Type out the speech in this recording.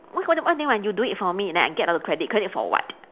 what what what do mean you do it for me then I get the credit credit for what